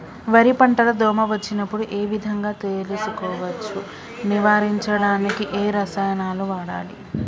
వరి పంట లో దోమ వచ్చినప్పుడు ఏ విధంగా తెలుసుకోవచ్చు? నివారించడానికి ఏ రసాయనాలు వాడాలి?